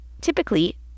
Typically